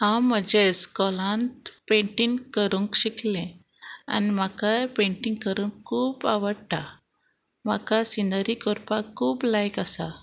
हांव म्हज्या इस्कॉलांत पेंटींग करूंक शिकलें आनी म्हाकाय पेंटींग करूंक खूब आवडटा म्हाका सिनरी करपाक खूब लायक आसा